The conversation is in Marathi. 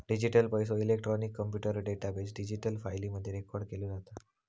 डिजीटल पैसो, इलेक्ट्रॉनिक कॉम्प्युटर डेटाबेस, डिजिटल फाईली मध्ये रेकॉर्ड केलो जाता